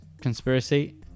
conspiracy